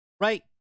Right